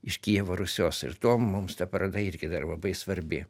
iš kijevo rusios ir tuo mums ta paroda irgi dar labai svarbi